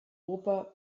oper